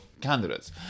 candidates